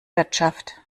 wirtschaft